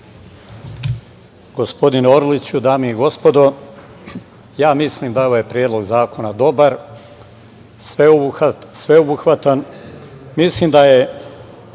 Hvala